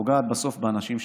פוגעת בסוף באנשים שבקצה.